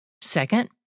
Second